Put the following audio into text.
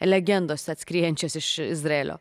legendos atskriejančios iš izraelio